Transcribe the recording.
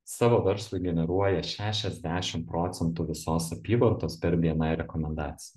savo verslui generuoja šešiasdešim procentų visos apyvartos per bni rekomendaciją